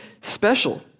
special